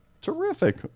Terrific